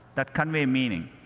that convey meaning.